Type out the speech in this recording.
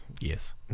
Yes